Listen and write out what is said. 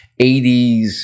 80s